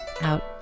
out